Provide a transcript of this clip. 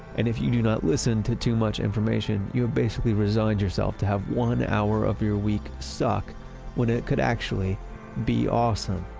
and if you do not listen to too much information, you have basically resigned yourself to have one hour of your week suck when it could actually be awesome.